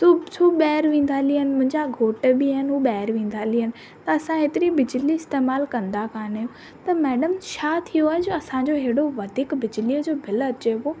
त उहो छो ॿाहिरि वेंदा हली आहिनि मुंहिंजा घोट बि आहिनि हू ॿाहिरि हली वेंदा आहिनि त असां हेतिरी बिजली इस्तेमालु कंदा कोन आहियूं त मैडम छा थी वियो आहे जो असांजो हेॾो वधीक बिजलीअ जो बिल अचे पियो